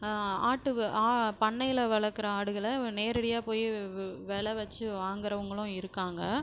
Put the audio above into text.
ஆட்டு ஆ பண்ணையில் வளக்கிற ஆடுகளை நேரடியாக போய் வெலை வச்சு வாங்குகிறவங்களும் இருக்காங்க